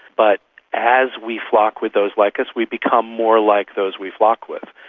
but as we flock with those like us we become more like those we flock with.